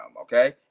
okay